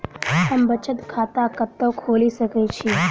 हम बचत खाता कतऽ खोलि सकै छी?